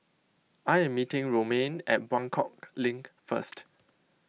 I am meeting Romaine at Buangkok Link first